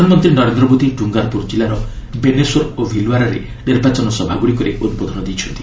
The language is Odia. ପ୍ରଧାନମନ୍ତ୍ରୀ ନରେନ୍ଦ୍ର ମୋଦି ଡୁଙ୍ଗାରପୁର ଜିଲ୍ଲାର ବେନେଶ୍ୱର ଓ ଭିଲ୍ୱାରାରେ ନିର୍ବାଚନ ସଭାଗୁଡ଼ିକରେ ଉଦ୍ବୋଧନ ଦେଇଛନ୍ତି